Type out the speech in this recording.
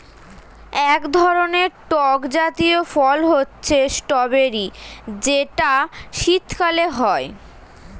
এক ধরনের টক জাতীয় ফল হচ্ছে স্ট্রবেরি যেটা শীতকালে হয়